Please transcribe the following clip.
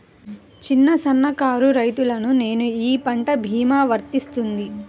చిన్న సన్న కారు రైతును నేను ఈ పంట భీమా వర్తిస్తుంది?